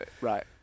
right